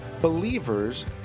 believers